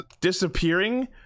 disappearing